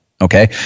okay